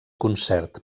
concert